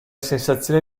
sensazione